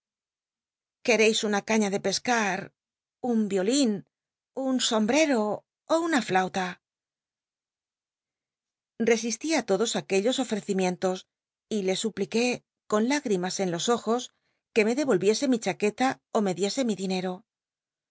qucreis tma caña de pescar un violín un sombrero ó una jlauta flesistí tocios aquellos ofrecimientos y je su pliqué con ltigrimas en los ojos que me devolviese mi chaqueta ó me diese mi dinero